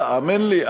האמן לי,